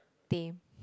them